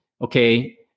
Okay